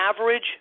average